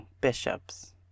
bishops